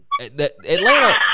Atlanta